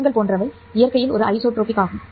படிகங்கள் போன்றவை இயற்கையில் ஒரு ஐசோட்ரோபிக் ஆகும்